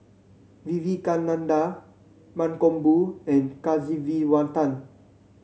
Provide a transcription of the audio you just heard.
Vivekananda Mankombu and Kasiviswanathan